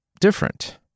different